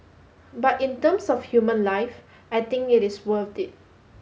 but in terms of human life I think it is worth it